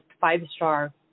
five-star